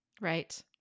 Right